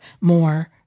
more